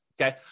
okay